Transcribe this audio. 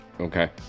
Okay